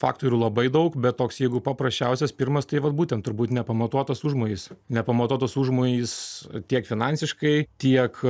faktorių labai daug bet toks jeigu paprasčiausias pirmas tai va būtent turbūt nepamatuotas užmojis nepamatuotas užmojis tiek finansiškai tiek